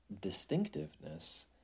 distinctiveness